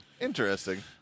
Interesting